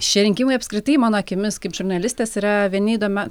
šie rinkimai apskritai mano akimis kaip žurnalistės yra vieni įdomiau